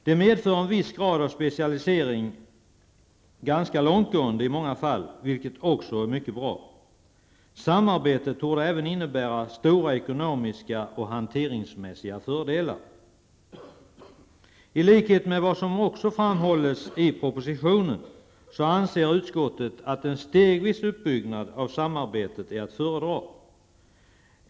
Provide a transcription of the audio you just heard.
Det medför en viss grad av specialisering, i många fall ganska långtgående, vilket också är mycket bra. Samarbetet torde även innebära stora ekonomiska och hanteringsmässiga fördelar. I likhet med vad som också framhålls i propositionen anser utskottet att en stegvis uppbyggnad av samarbetet är att föredra.